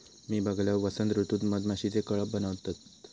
मी बघलंय, वसंत ऋतूत मधमाशीचे कळप बनतत